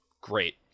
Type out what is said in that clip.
great